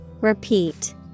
Repeat